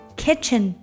kitchen